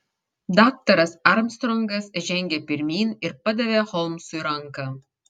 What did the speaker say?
daktaras armstrongas žengė pirmyn ir padavė holmsui ranką